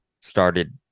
started